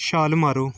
ਛਾਲ ਮਾਰੋ